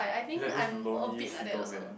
he's like those lonely single man